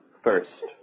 first